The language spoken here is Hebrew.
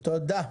תודה.